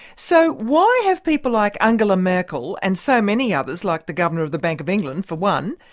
so, why have people like angela merkel, and so many others, like the governor of the bank of england, for one,